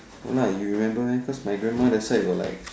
no lah you remember meh cause my grandma that side were like